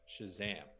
shazam